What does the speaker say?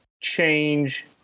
change